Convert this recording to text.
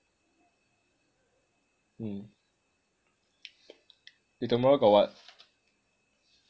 mm you tomorrow got what